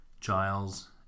Giles